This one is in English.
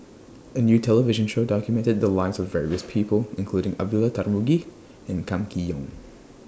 A New television Show documented The Lives of various People including Abdullah Tarmugi and Kam Kee Yong